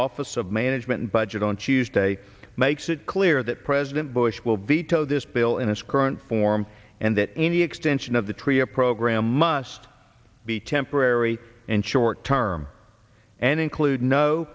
office of management and budget on tuesday makes it clear that president bush will veto this bill in its current form and that any extension of the tree or program must be temporary and short term and include no